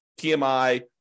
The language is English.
PMI